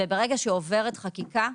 וברגע שעוברת חקיקה,